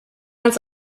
als